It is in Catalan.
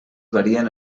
varien